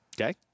Okay